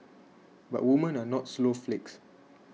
but women are not snowflakes